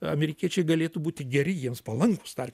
amerikiečiai galėtų būti geri jiems palankūs tar